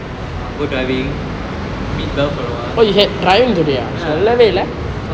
err go driving meet belle for a while ya